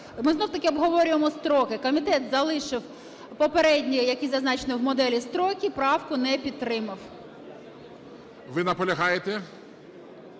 Ми знову-таки обговорюємо строки. Комітет залишив попередні, які зазначені в моделі, строки. Правку не підтримав. ГОЛОВУЮЧИЙ. Ви наполягаєте